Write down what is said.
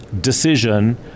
decision